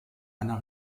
einer